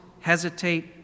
hesitate